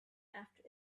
after